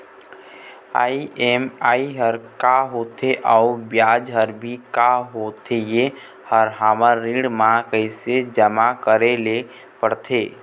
EMI हर का होथे अऊ ब्याज हर भी का होथे ये हर हमर ऋण मा कैसे जमा करे ले पड़ते?